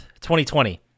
2020